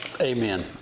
Amen